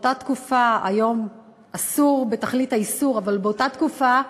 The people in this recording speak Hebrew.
היום אסור בתכלית האיסור, אבל באותה תקופה,